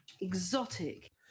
Exotic